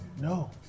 No